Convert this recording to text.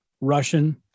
Russian